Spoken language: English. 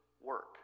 work